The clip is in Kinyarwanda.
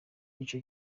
ico